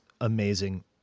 amazing